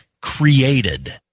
created